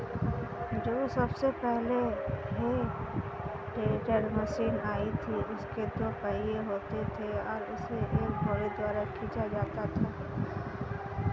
जो सबसे पहले हे टेडर मशीन आई थी उसके दो पहिये होते थे और उसे एक घोड़े द्वारा खीचा जाता था